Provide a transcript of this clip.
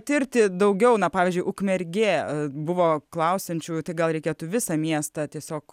tirti daugiau na pavyzdžiui ukmergė buvo klausiančių tai gal reikėtų visą miestą tiesiog